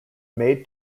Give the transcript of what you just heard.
made